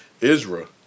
Israel